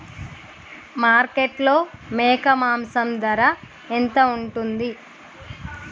మార్కెట్లో మేక మాంసం ధర ఎంత ఉంటది?